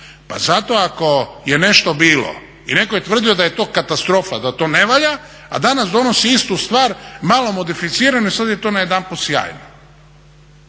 Pa zato ako je nešto bilo i netko je tvrdio da je to katastrofa, da to ne valja, a danas donosi istu stvar malo modificiranu i sad je to najedanput sjajno.